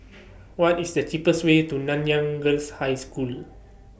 What IS The cheapest Way to Nanyang Girls' High School